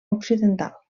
occidental